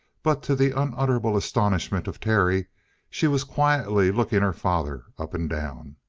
but to the unutterable astonishment of terry she was quietly looking her father up and down.